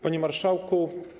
Panie Marszałku!